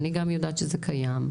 אני גם יודעת שזה קיים,